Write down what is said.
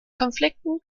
konflikten